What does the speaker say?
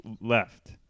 left